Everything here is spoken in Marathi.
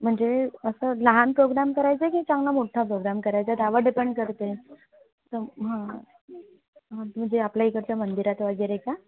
म्हणजे असं लहान प्रोग्रॅम करायचा आहे की चांगला मोठ्ठा प्रोग्रॅम करायचा आहे त्यावर डिपेंड करते तर मग हां म्हणजे आपल्या इकडच्या मंदिरात वगैरे का